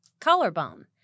collarbone